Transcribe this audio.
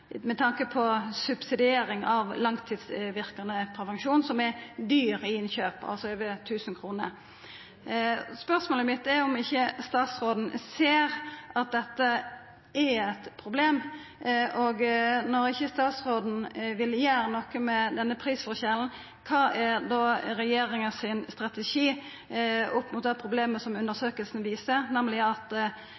med tanke på subsidiering av langtidsverkande prevensjon, som er dyr i innkjøp: over 1 000 kr. Spørsmålet mitt er om statsråden ikkje ser at dette er eit problem. Når ikkje statsråden vil gjera noko med denne prisforskjellen: Kva er då regjeringas strategi når det gjeld det problemet som